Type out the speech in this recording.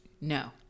No